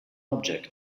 object